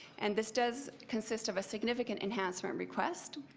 and this does consist of a significant enhancement request.